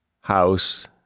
house